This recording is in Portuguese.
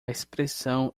expressão